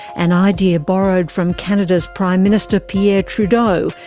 an idea borrowed from canada's prime minister pierre trudeau,